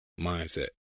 mindset